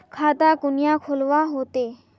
खाता कुनियाँ खोलवा होते?